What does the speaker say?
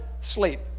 sleep